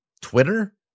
Twitter